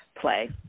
play